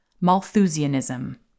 Malthusianism